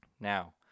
Now